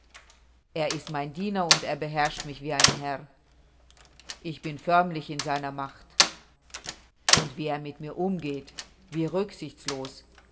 er ist mein diener und er beherrscht mich wie ein herr ich bin förmlich in seiner macht und wie er mit mir umgeht wie rücksichtslos